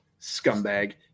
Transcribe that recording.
scumbag